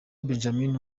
benjamin